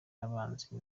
abanzi